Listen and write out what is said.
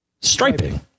striping